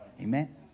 Amen